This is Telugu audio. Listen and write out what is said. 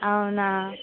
అవునా